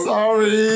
Sorry